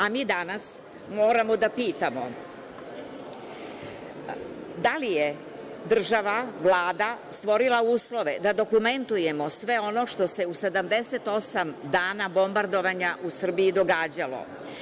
A mi danas moramo da pitamo da li je država, Vlada, stvorila uslove da dokumentujemo sve ono što se u 78 dana bombardovanja u Srbiji događalo?